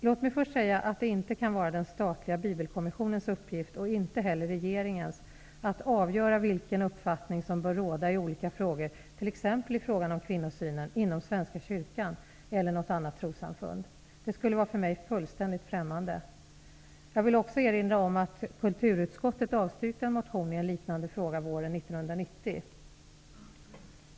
Låt mig först säga att det inte kan vara den statliga Bibelkommissionens uppgift och inte heller regeringens att avgöra vilken uppfattning som bör råda i olika frågor, t.ex. i fråga om kvinnosynen, inom Svenska kyrkan eller inom något annat trossamfund. Det skulle vara mig fullständigt främmande. Jag vill också erinra om att kulturutskottet avstyrkte en motion i en liknande fråga våren 1990.